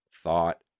thought